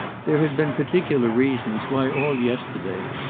there had been particular reasons why all yesterday,